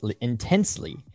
intensely